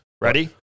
Ready